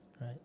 right